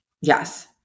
Yes